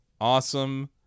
Awesome